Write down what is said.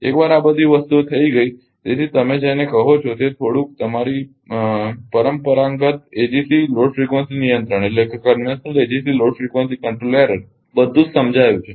એકવાર આ બધી વસ્તુઓ થઈ ગઈ તેથી તમે જેને કહો છો તે થોડુંક તમારી પરંપરાગત AGC લોડ ફ્રિકવન્સી નિયંત્રણ ભૂલ બધુ જ સમજાવાયું છે